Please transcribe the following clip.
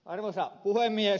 arvoisa puhemies